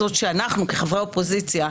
כחברי אופוזיציה,